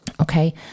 Okay